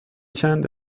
چند